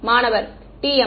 மாணவர் TM